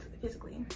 physically